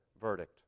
verdict